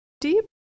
deep